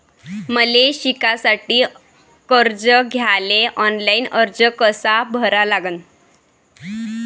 मले शिकासाठी कर्ज घ्याले ऑनलाईन अर्ज कसा भरा लागन?